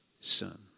son